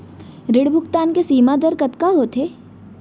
ऋण भुगतान के सीमा दर कतका होथे?